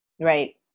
right